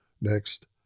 Next